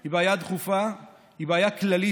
היא בעיה דחופה, אבל היא בעיה כללית,